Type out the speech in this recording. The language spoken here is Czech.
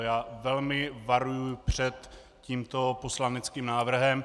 Já velmi varuji před tímto poslaneckým návrhem.